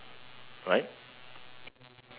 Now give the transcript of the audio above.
right